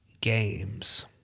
games